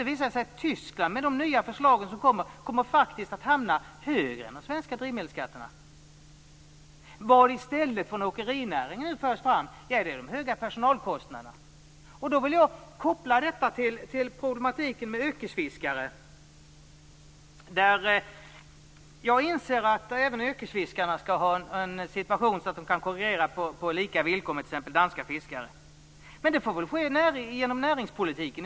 Det har visat sig att drivmedelsskatterna i Tyskland kommer att hamna högre än de svenska drivmedelsskatterna. Åkerinäringen för i stället fram de höga personalkostnaderna. Då vill jag koppla detta till problemen med yrkesfiskarna. Jag inser att även yrkesfiskarna vill ha en situation där de kan konkurrera på lika villkor med t.ex. danska fiskare. Men det får väl ske med hjälp av näringspolitiken.